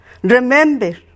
Remember